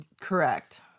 Correct